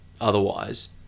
otherwise